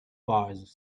firs